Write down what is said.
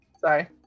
Sorry